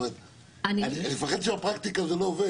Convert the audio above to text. אני מפחד שבפרקטיקה זה לא יעבוד.